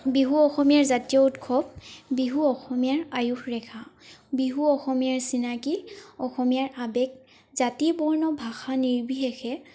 বিহু অসমীয়াৰ জাতীয় উৎসৱ বিহু অসমীয়াৰ আয়ুসৰেখা বিহু অসমীয়াৰ চিনাকী অসমীয়াৰ আৱেগ জাতি বৰ্ণ ভাষা নিৰ্বিশেষে